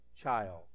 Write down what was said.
child